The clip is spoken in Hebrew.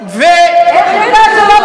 איך יוגש כתב אישום?